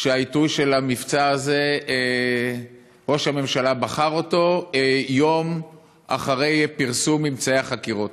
שאת העיתוי של המבצע הזה ראש הממשלה בחר ליום אחרי פרסום ממצאי החקירות,